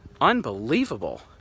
Unbelievable